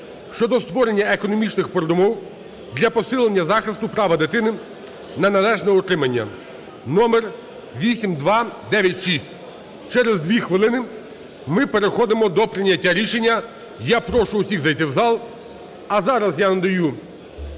щодо створення економічних передумов для посилення захисту права дитини на належне утримання (№ 8296). Через дві хвилини ми переходимо до прийняття рішення, я прошу усіх зайти в зал. А зараз я надаю